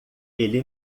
ele